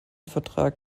vertrag